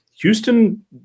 Houston